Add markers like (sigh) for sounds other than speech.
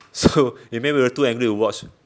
so (noise) it made me too angry to watch